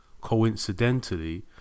Coincidentally